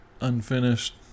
unfinished